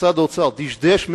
משרד האוצר דשדש מאוד,